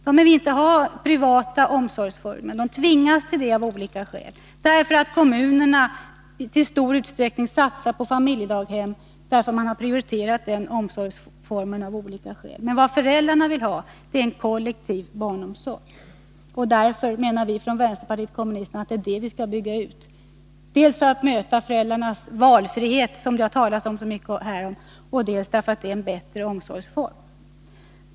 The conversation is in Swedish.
De vill inte ha privata omsorgsformer, men de tvingas av olika skäl till det — därför att kommunerna istor utsträckning satsar på familjedaghem; man har av olika skäl prioriterat den omsorgsformen. Men vad föräldrarna vill ha är en kollektiv barnomsorg. Därför menar vi från vänsterpartiet kommunisterna att det är det vi skall bygga ut, dels för att ge föräldrarna valfrihet som det har talats så mycket om här, dels därför att det är en bättre omsorgsform.